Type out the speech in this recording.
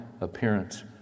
appearance